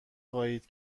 خواهید